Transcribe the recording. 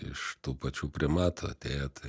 iš tų pačių primatų atėję tai